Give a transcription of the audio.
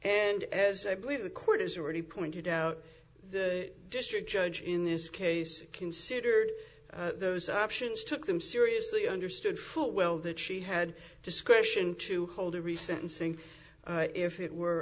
and as i believe the court has already pointed out the district judge in this case considered those options took them seriously understood full well that she had discretion to hold a recent in sync if it were